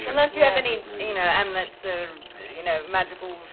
unless you have any you know amulets or you know magical